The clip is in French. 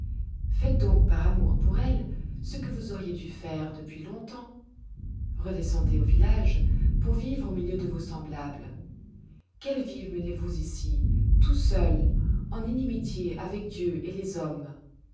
faites donc par amour pour elle ce que vous auriez dû faire depuis longtemps redescendez au village pour vivre au milieu de vos semblables quelle vie menez-vous ici tout seul en inimitié avec dieu et les hommes